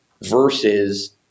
versus